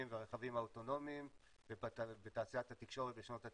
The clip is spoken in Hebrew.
והרכבים האוטונומיים ותעשיית התקשורת בשנות ה-90,